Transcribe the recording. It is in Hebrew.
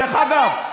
דרך אגב,